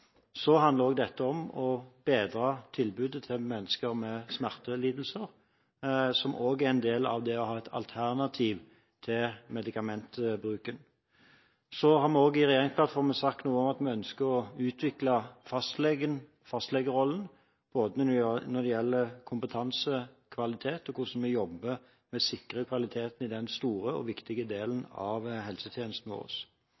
det å ha et alternativ til medikamentbruken. Vi har i regjeringsplattformen også sagt noe om at vi ønsker å utvikle fastlegerollen, både når det gjelder kompetanse, kvalitet og hvordan vi jobber med å sikre kvaliteten i denne store og viktige delen av helsetjenesten vår.